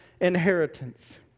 inheritance